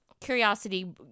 Curiosity